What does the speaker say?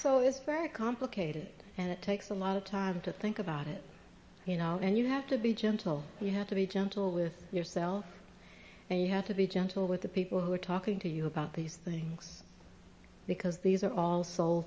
so it's very complicated and it takes a lot of time to think about it you know and you have to be gentle you have to be gentle with yourself and you have to be gentle with the people who are talking to you about these things because these are all so